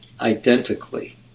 identically